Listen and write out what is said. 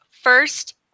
first